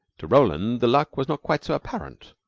to roland the luck was not quite so apparent,